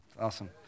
Awesome